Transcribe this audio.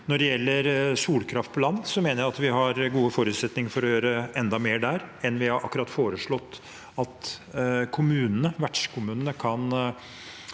Når det gjelder solkraft på land, mener jeg vi har gode forutsetninger for å gjøre enda mer. NVE har akkurat foreslått at vertskommunene kan